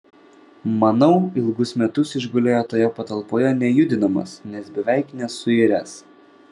manau ilgus metus išgulėjo toje patalpoje nejudinamas nes beveik nesuiręs